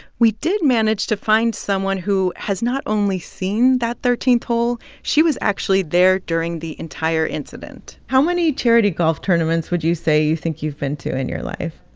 we did manage to find someone who has not only seen that thirteenth hole, she was actually there during the entire incident how many charity golf tournaments would you say you think you've been to in your life?